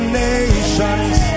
nations